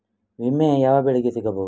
ವಿಮೆ ಯಾವ ಬೆಳೆಗೆ ಸಿಗಬಹುದು?